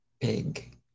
big